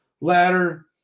ladder